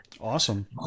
Awesome